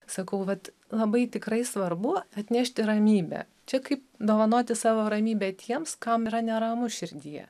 sakau vat labai tikrai svarbu atnešti ramybę čia kaip dovanoti savo ramybę tiems kam yra neramu širdyje